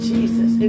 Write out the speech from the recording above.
Jesus